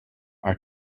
are